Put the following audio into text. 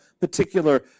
particular